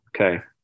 okay